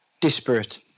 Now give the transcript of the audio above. Disparate